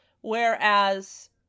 Whereas